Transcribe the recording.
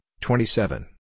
twenty-seven